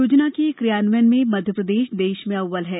योजना के क्रियान्वयन में मध्यप्रदेश देश में अव्वल है